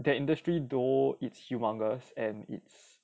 the industry though it's humongous and it's